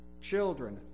Children